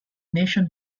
nation